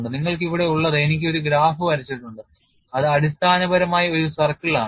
നിങ്ങൾക്ക് ഇവിടെയുള്ളത് എനിക്ക് ഒരു ഗ്രാഫ് വരച്ചിട്ടുണ്ട് അത് അടിസ്ഥാനപരമായി ഒരു സർക്കിൾ ആണ്